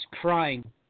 crying